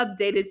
updated